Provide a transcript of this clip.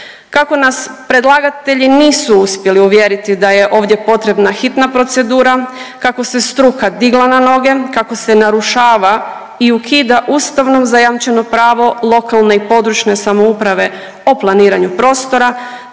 Kako nas predlagatelji nisu uspjeli uvjeriti da je ovdje potrebna hitna procedura, kako se struka digla na noge, kako se narušava i ukida Ustavom zajamčeno pravo lokalne i područne samouprave o planiranju prostora